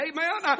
Amen